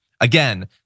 Again